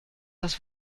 das